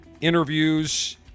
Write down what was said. interviews